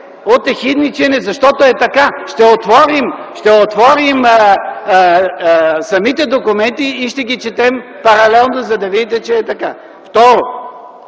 от ехидничене, защото е така. Ще отворим самите документи и ще ги четем паралелно, за да видите, че е така. Второ,